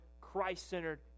Christ-centered